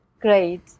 great